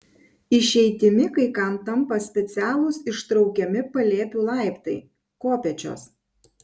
išeitimi kai kam tampa specialūs ištraukiami palėpių laiptai kopėčios